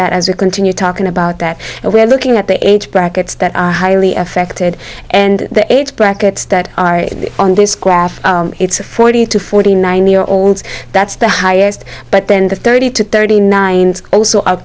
that as you continue talking about that and we're looking at the age brackets that are highly affected and the age brackets that are in the on this graph it's a forty to forty nine year olds that's the highest but then the thirty to thirty nine also